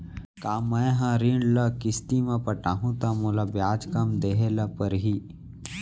का अगर मैं हा ऋण ल किस्ती म पटाहूँ त मोला ब्याज कम देहे ल परही?